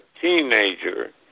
teenager